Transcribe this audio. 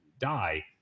die